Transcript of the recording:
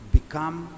become